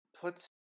puts